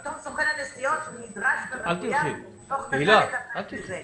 פתאום סוכן הנסיעות נדרש ומחויב תוך כדי לטפל בזה.